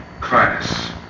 class